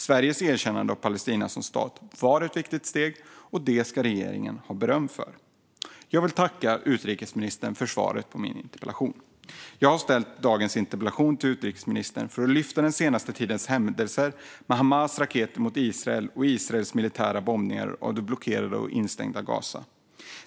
Sveriges erkännande av Palestina som stat var ett viktigt steg, och det ska regeringen ha beröm för. Jag vill tacka utrikesministern för svaret på min interpellation. Jag har ställt dagens interpellation till utrikesministern för att lyfta upp den senaste tidens händelser med Hamas raketer mot Israel och Israels militära bombningar av det blockerade och instängda Gaza.